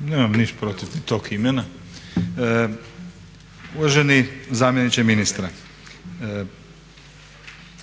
Branko (Nezavisni)** Uvaženi zamjeniče ministra.